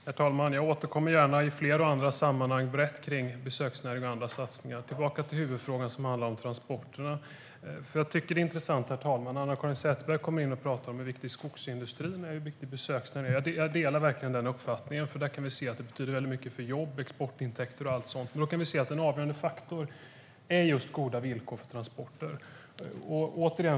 Herr talman! Jag återkommer gärna brett kring besöksnäringen och andra satsningar i fler och andra sammanhang, men jag går tillbaka till huvudfrågan som handlar om transporterna. Jag tycker att det är intressant, herr talman, att Anna-Caren Sätherberg kommer in och talar om hur viktig skogsindustrin är och hur viktig besöksnäringen är. Jag delar verkligen den uppfattningen, för vi kan se att det betyder väldigt mycket för jobb, exportintäkter och allt sådant. Men vi kan se att en avgörande faktor är just goda villkor för transporter.